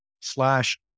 slash